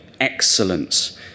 excellence